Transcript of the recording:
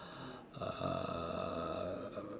uh